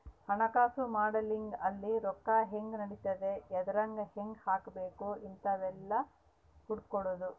ಹಣಕಾಸು ಮಾಡೆಲಿಂಗ್ ಅಲ್ಲಿ ರೊಕ್ಕ ಹೆಂಗ್ ನಡಿತದ ಎದ್ರಾಗ್ ಹೆಂಗ ಹಾಕಬೇಕ ಇಂತವೆಲ್ಲ ಹೇಳ್ಕೊಡೋದು